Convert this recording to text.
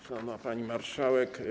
Szanowna Pani Marszałek!